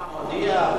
גם "המודיע".